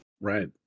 Right